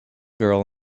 girl